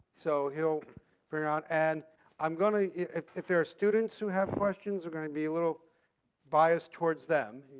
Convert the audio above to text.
so he'll bring out and i'm going to if if there are students who have questions we're going to be a little biased towards them.